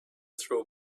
throw